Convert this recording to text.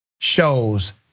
shows